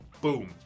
boom